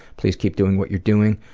please keep doing what you're doing.